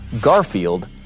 Garfield